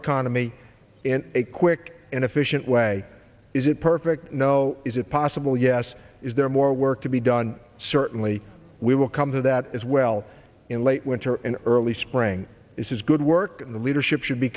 economy in a quick and efficient way is it perfect no is it possible yes is there more work to be done certainly we will come to that as well in late winter and early spring this is good work the leadership should be